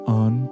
on